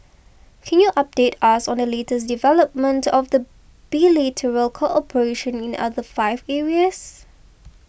can you update us on the latest development of the bilateral cooperation in other five areas